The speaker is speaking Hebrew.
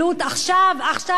עכשיו ברגע זה.